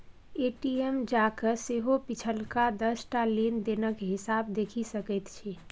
ATM जाकए सेहो पिछलका दस टा लेन देनक हिसाब देखि सकैत छी